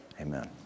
Amen